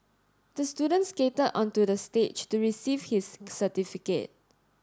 the student skated onto the stage to receive his certificate